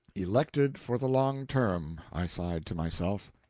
elected for the long term, i sighed to myself.